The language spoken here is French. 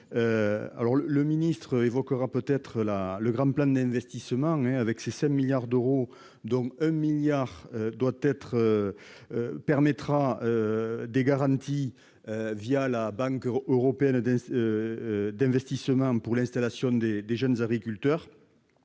M. le ministre évoquera peut-être le Grand Plan d'investissement avec ses 5 milliards d'euros, dont 1 milliard d'euros permettra des garanties la Banque européenne d'investissement pour l'installation des jeunes agriculteurs.